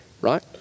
right